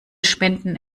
spenden